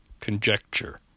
conjecture